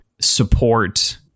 support